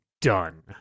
done